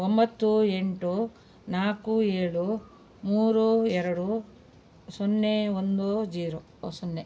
ಒಂಬತ್ತು ಎಂಟು ನಾಲ್ಕು ಏಳು ಮೂರು ಎರಡು ಸೊನ್ನೆ ಒಂದು ಜೀರೋ ಸೊನ್ನೆ